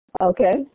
Okay